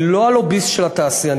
אני לא הלוביסט של התעשיינים.